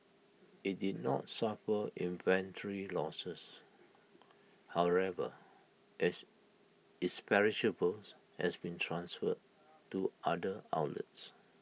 IT did not suffer inventory losses however as its perishables has been transferred to other outlets